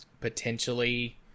potentially